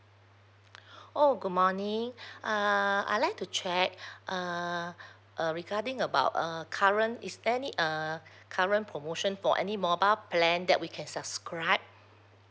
oh good morning err I'd like to check err uh regarding about uh current is there any uh current promotion for any mobile plan that we can subscribe